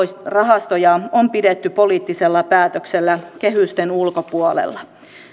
rahastoja on pidetty poliittisella päätöksellä kehysten ulkopuolella